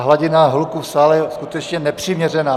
Hladina hluku v sále je skutečně nepřiměřená.